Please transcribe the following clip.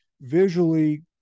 visually